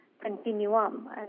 continuum